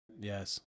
Yes